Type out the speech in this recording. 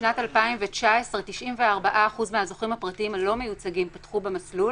בשנת 2019 94% מהזוכים הפרטיים הלא מיוצגים פתחו במסלול,